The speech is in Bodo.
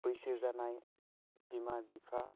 बैसो जानाय बिमा बिफा